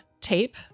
tape